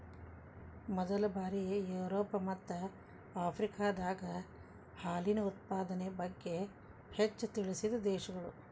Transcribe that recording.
ಮೊದಲ ಬಾರಿ ಯುರೋಪ ಮತ್ತ ಆಫ್ರಿಕಾದಾಗ ಹಾಲಿನ ಉತ್ಪಾದನೆ ಬಗ್ಗೆ ಹೆಚ್ಚ ತಿಳಿಸಿದ ದೇಶಗಳು